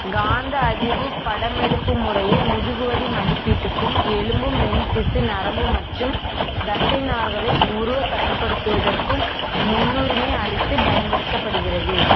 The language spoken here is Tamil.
காந்த அதிர்வுப் படமெடுப்பு முறையே முதுகுவலி மதிப்பீட்டுக்கும் எலும்பு மென்திசு நரம்பு மற்றும் தசைநார்களை உருவக்கட்டுப்படுத்துவதற்கும் முன்னுரிமை அளித்து பயன்படுத்தப்படுகிறது